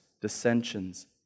dissensions